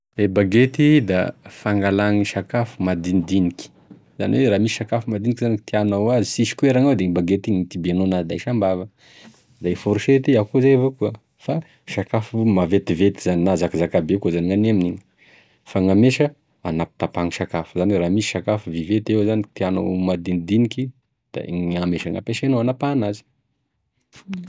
E bagety da fangalagny sakafo madinidiniky izany hoe raha misy sakafo madiniky izany ka tianao ho azo sisy koera gnao da e igny bagety igny gn'hitibianao enazy na hindaisa ambava, da e forosety da akoizay evakoa fa sakafo maventiventy na zakazakabe koa gnanigny aminigny, fa gnamesa hapitapa sakafo, izany hoe raha misy sakafo viventy ka tianao madinidiniky, da gnamesa gnampesainao hampahanazy.